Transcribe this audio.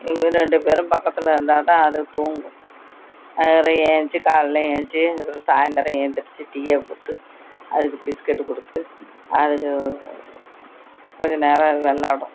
எங்கள் ரெண்டு பேரும் பக்கத்தில் இருந்தால்தான் அது தூங்கும் அது வேறு எழுந்திரிச்சி காலையில் எழுந்திரிச்சி அப்புறம் சாயந்திரம் எழுந்திரிச்சி டீயை போட்டு அதுக்கு பிஸ்கெட்டு கொடுத்து அதுக்கு கொஞ்ச நேரம் அது விள்ளாடும்